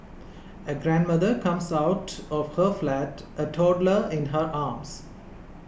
a grandmother comes out of her flat a toddler in her arms